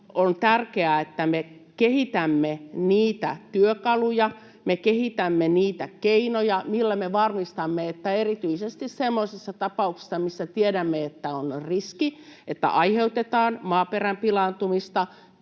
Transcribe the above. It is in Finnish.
on tärkeää, että me kehitämme niitä työkaluja, me kehitämme niitä keinoja, millä me varmistamme, että erityisesti semmoisissa tapauksissa, missä tiedämme, että on riski, että aiheutetaan maaperän pilaantumista,